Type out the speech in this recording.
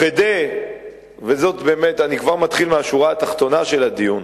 אני מתחיל מהשורה התחתונה של הדיון: